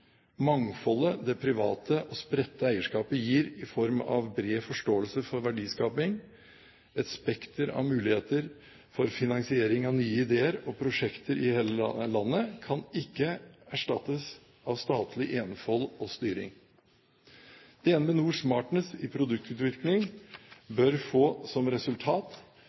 Mangfoldet det private og spredte eierskapet gir i form av bred forståelse for verdiskaping, et spekter av muligheter for finansiering av nye ideer og prosjekter i hele landet, kan ikke erstattes av statlig enfold og styring. DnB NORs smartness i produktutvikling bør få som resultat